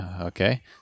okay